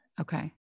Okay